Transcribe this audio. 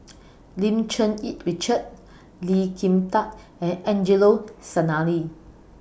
Lim Cherng Yih Richard Lee Kin Tat and Angelo Sanelli